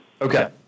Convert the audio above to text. Okay